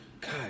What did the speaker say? God